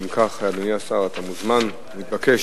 אם כך, אדוני השר, אתה מוזמן ומתבקש